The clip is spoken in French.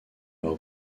leurs